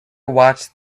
watched